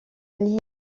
ligne